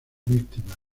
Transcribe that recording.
víctimas